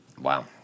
Wow